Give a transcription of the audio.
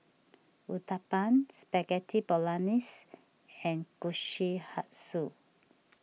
Uthapam Spaghetti Bolognese and Kushikatsu